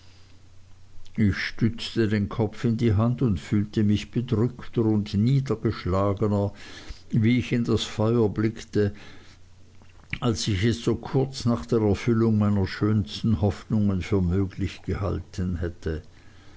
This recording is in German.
ich stützte den kopf in die hand und fühlte mich bedrückter und niedergeschlagener wie ich in das feuer blickte als ich es so kurz nach der erfüllung meiner schönsten hoffnungen für möglich gehalten hätte